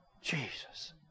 Jesus